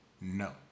No